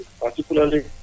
particularly